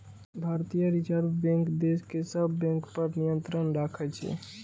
भारतीय reserve bank देश के सब बैंक पर नियंत्रण राखै छै